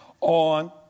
on